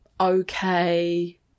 okay